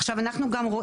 רק שלנו.